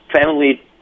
family